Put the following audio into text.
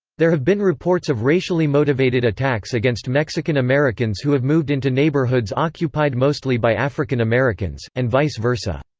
there have been reports of racially motivated attacks against mexican americans who have moved into neighborhoods occupied mostly by african americans, and vice versa.